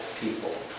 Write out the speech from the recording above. people